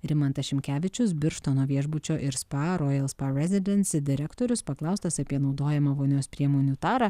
rimantas šimkevičius birštono viešbučio ir spa royal spa residence direktorius paklaustas apie naudojamą vonios priemonių tarą